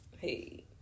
Hey